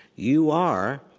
you are,